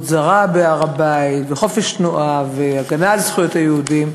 זרה בהר-הבית וחופש תנועה והגנה על זכויות היהודים,